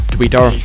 Twitter